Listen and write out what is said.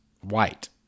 white